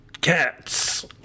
cats